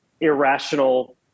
irrational